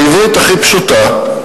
בעברית הכי פשוטה,